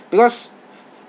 because